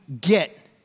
get